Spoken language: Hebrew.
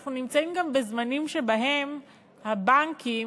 אנחנו נמצאים גם בזמנים שבהם הבנקים,